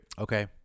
Okay